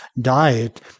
diet